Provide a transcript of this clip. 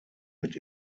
mit